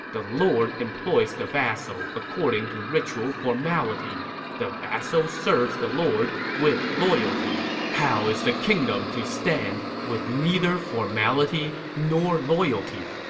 the lord employs the vassal according to ritual formality the vassal serves the lord with loyalty how is the kingdom to stand with neither formality nor loyalty?